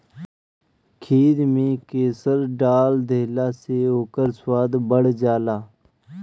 खीर में केसर डाल देहला से ओकर स्वाद बढ़ जाला